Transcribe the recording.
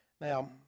Now